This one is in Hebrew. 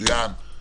מצוין.